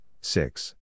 six